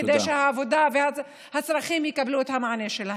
כדי שהעבודה והצרכים יקבלו את המענה שלהם.